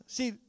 See